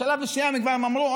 בשלב מסוים הם אמרו,